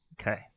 Okay